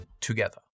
together